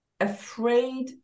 afraid